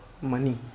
money